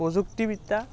প্ৰযুক্তিবিদ্যা